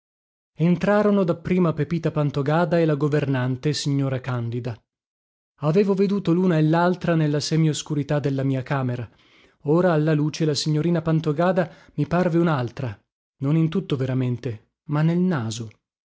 inchino entrarono dapprima pepita pantogada e la governante signora candida avevo veduto luna e laltra nella semioscurità della mia camera ora alla luce la signorina pantogada mi parve unaltra non in tutto veramente ma nel naso